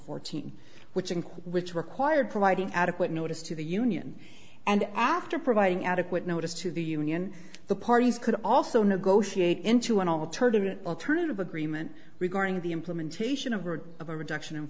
fourteen which include which required providing adequate notice to the union and after providing adequate notice to the union the parties could also negotiate into an alternative an alternative agreement regarding the implementation of or of a reduction